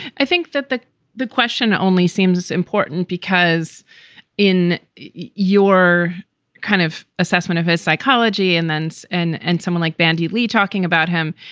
i think that the the question only seems important because in your kind of assessment of his psychology and thence and thence and someone like bandy lee talking about him,